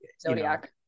Zodiac